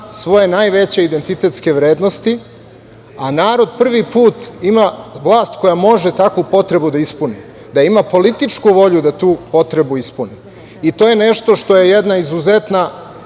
svoje najveće identitetske vrednosti, a narod prvi put ima vlast koja može takvu potrebu da ispuni, da ima političku volju da tu potrebu ispuni. To je nešto što je jedna izuzetna